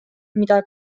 mida